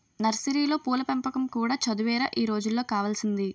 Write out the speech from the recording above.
నర్సరీలో పూల పెంపకం కూడా చదువేరా ఈ రోజుల్లో కావాల్సింది